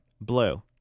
Blue